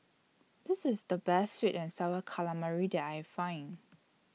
This IS The Best Sweet and Sour Calamari that I Find